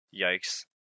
Yikes